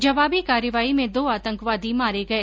जवाबी कार्यवाही में दो आतंकवादी मारे गए